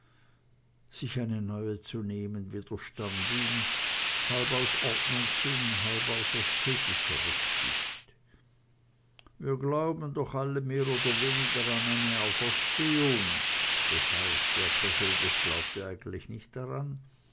sich eine neue zu nehmen widerstand ihm halb aus ordnungssinn und halb aus ästhetischer rücksicht wir glauben doch alle mehr oder weniger an eine auferstehung das heißt er persönlich glaubte eigentlich nicht daran